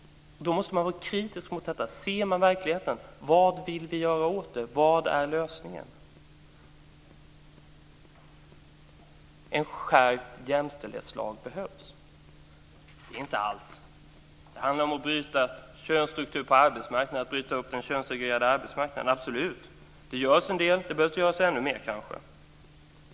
Då måste man vara kritisk mot detta och se verkligheten. Vad vill vi göra åt detta? Vad är lösningen? En skärpt jämställdhetslag behövs. Det är inte allt. Det handlar om att bryta upp den könssegregerade arbetsmarknaden, absolut. Det görs en del. Det behövs kanske göras ännu mer.